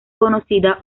conocida